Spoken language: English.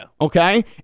Okay